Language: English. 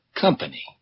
company